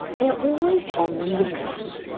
they are always on the look-out.